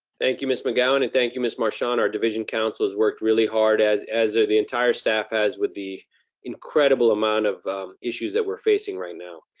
thank you, miss mcgowan, and thank you, miss marshawn, our division council has worked really hard, as as ah the entire staff has, with the incredible amount of issues that we're facing right now.